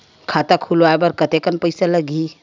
खाता खुलवाय बर कतेकन पईसा लगही?